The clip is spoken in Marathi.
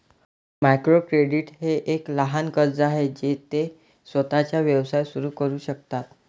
मायक्रो क्रेडिट हे एक लहान कर्ज आहे जे ते स्वतःचा व्यवसाय सुरू करू शकतात